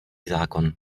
zákon